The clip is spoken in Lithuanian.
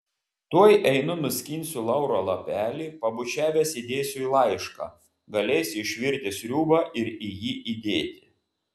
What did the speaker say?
tuoj einu nuskinsiu lauro lapelį pabučiavęs įdėsiu į laišką galėsi išvirti sriubą ir jį įdėti